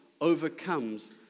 overcomes